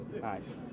nice